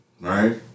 right